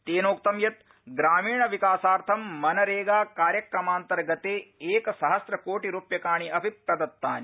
तेनोक्तं यत् ग्रामीण विकासार्थं मनरेगाकार्यक्रमान्तर्गते एक सहस्रकोटिरुप्यकाणि अपि प्रदत्तानि